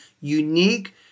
unique